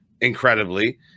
incredibly